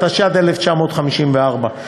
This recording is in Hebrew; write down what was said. התשי"ד 1954,